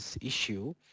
issue